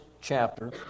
chapter